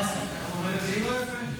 לא יפה.